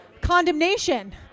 condemnation